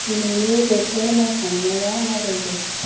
दिनैनि बोथोर नायखांनाया माबायदि